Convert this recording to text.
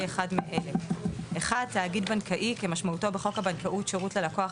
אחד מאלה: תאגיד בנקאי כמשמעותו בחוק הבנקאות (שירות ללקוח),